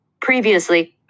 Previously